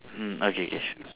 hmm okay K sure